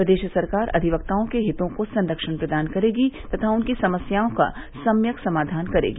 प्रदेश सरकार अधिवक्ताओं के हितों का संख्यण प्रदान करेगी तथा उनकी समस्याओं का सम्यक समाधान करेगी